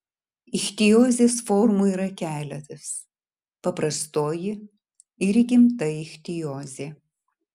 ichtiozės formų yra keletas paprastoji ir įgimta ichtiozė